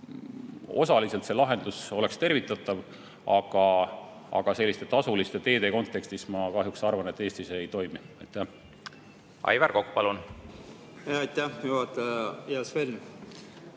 et osaliselt see lahendus oleks tervitatav, aga tasuliste teede kontekstis ma kahjuks arvan, et Eestis see ei toimiks. Aivar Kokk, palun! Aitäh, juhataja! Hea Sven!